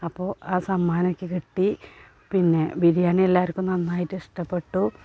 അപ്പോൾ ആ സമ്മാനം എനിക്ക് കിട്ടി പിന്നെ ബിരിയാണി എല്ലാവർക്കും നന്നായിട്ട് ഇഷ്ടപ്പെട്ടു